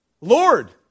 Lord